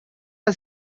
are